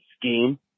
scheme